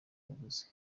yaguze